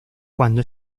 cuando